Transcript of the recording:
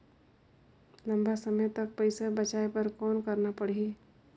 लंबा समय तक पइसा बचाये बर कौन करना पड़ही?